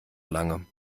lange